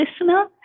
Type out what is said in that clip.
listener